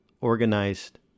organized